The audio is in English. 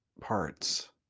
parts